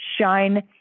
Shine